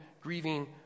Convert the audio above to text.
grieving